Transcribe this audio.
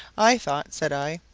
i thought, said i,